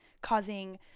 causing